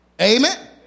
Amen